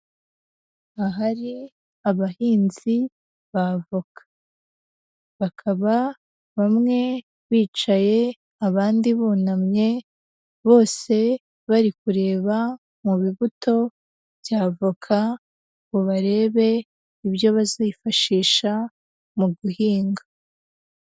Ahari abahinzi ba voka, bakaba bamwe bicaye abandi bunamye bose bari kureba mu bibuto bya voka ngo barebe ibyo bazifashisha mu guhinga.